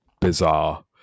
bizarre